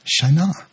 shana